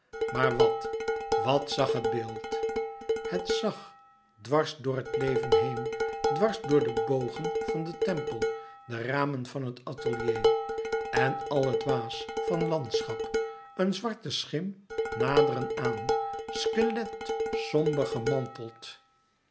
maar wat wat zag het beeld het zag dwars door het leven heen dwars door de bogen van den tempel de ramen van het atelier en al het waas van landschap louis couperus metamorfoze een zwarte schim naderen aan skelet somber gemanteld